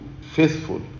faithful